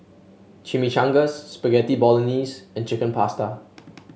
Chimichangas Spaghetti Bolognese and Chicken Pasta